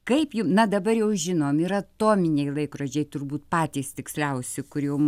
kaip jum na dabar jau žinom ir atominiai laikrodžiai turbūt patys tiksliausi kur jau